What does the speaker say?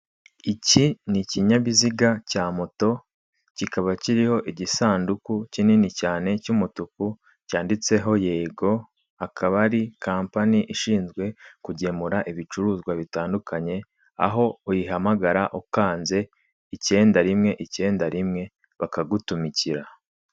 Iki ni ikinyabiziga cya moto kikaba kiriho igisanduku kinini cyane cy'umutuku cyanditseho yego, akaba ari kampani ishinzwe kugemura ibicuruzwa bitandukanye aho uyihamagara ukanze icyenda rimwe icyenda rimwe bakagutumukira.